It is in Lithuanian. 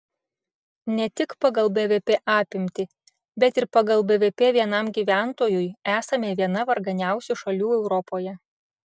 ne tik pagal bvp apimtį bet ir pagal bvp vienam gyventojui esame viena varganiausių šalių europoje